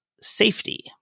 safety